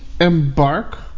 embark